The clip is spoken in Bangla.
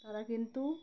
তারা কিন্তু